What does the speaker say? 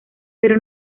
pero